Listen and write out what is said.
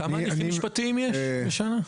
כמה משפטים יש בשנה?